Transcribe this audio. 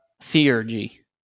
theurgy